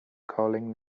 calling